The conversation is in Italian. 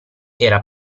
era